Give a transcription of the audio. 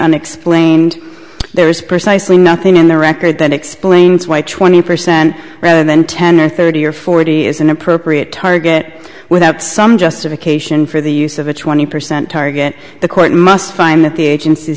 unexplained there is precisely nothing in the record that explains why twenty percent rather than ten or thirty or forty is an appropriate target without some justification for the use of a twenty percent target the court must find that the agenc